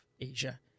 Asia